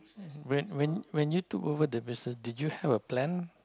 when when when you took over the business did you have a plan